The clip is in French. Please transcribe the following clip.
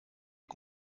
des